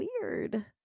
weird